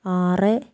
ആറ്